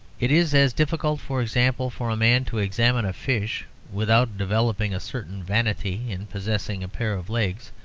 it is as difficult, for example, for a man to examine a fish without developing a certain vanity in possessing a pair of legs,